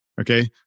Okay